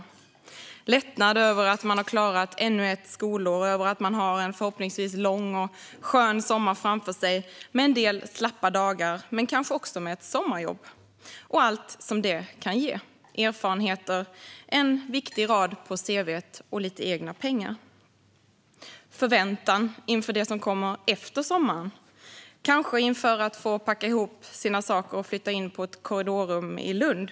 Det är lättnad över att man har klarat ännu ett skolår och att man nu har en förhoppningsvis lång och skön sommar framför sig med en del slappa dagar. Kanske har man också ett sommarjobb framför sig och allt som det kan ge i form av erfarenheter, en viktig rad på cv:t och lite egna pengar. Det är också förväntan inför det som kommer efter sommaren. Kanske är det att få packa ihop sina saker och flytta in i ett korridorrum i Lund.